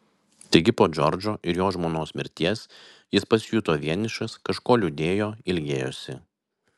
taigi po džordžo ir jo žmonos mirties jis pasijuto vienišas kažko liūdėjo ilgėjosi